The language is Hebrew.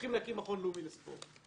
הולכים להקים מכון לאומי לספורט,